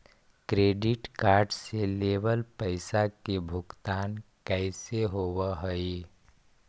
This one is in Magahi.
क्रेडिट कार्ड से लेवल पैसा के भुगतान कैसे होव हइ?